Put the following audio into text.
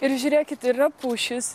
ir žiūrėkit ir yra pušys